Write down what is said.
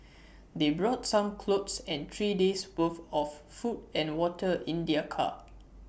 they brought some clothes and three days' worth of food and water in their car